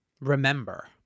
remember